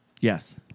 Yes